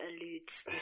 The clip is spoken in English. eludes